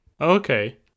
okay